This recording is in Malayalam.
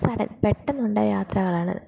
സഡൻ പെട്ടെന്നുണ്ടായ യാത്രകളാണ്